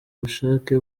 bushake